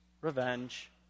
Revenge